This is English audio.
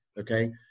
okay